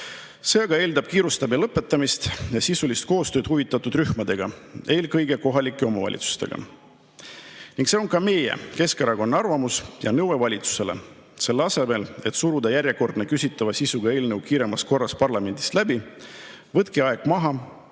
See aga eeldab kiirustamise lõpetamist ja sisulist koostööd huvitatud rühmadega, eelkõige kohalike omavalitsustega. Ning see on ka meie, Keskerakonna arvamus ja nõue valitsusele. Selle asemel et suruda järjekordne küsitava sisuga eelnõu kiiremas korras parlamendist läbi, võtke aeg maha,